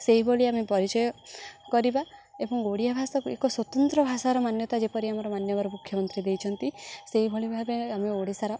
ସେଇଭଳି ଆମେ ପରିଚୟ କରିବା ଏବଂ ଓଡ଼ିଆ ଭାଷାକୁ ଏକ ସ୍ୱତନ୍ତ୍ର ଭାଷାର ମାନ୍ୟତା ଯେପରି ଆମର ମାନ୍ୟବର ମୁଖ୍ୟମନ୍ତ୍ରୀ ଦେଇଛନ୍ତି ସେଇଭଳି ଭାବେ ଆମେ ଓଡ଼ିଶାର